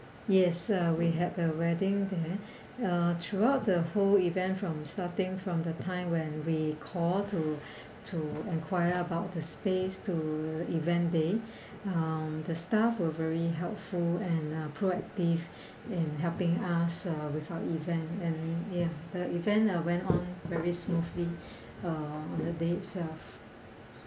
yes uh we had the wedding there uh throughout the whole event from starting from the time when we call to to inquire about the space to event day um the staff were very helpful and uh proactive in helping us uh with our event and ya the event uh went on very smoothly uh the day itself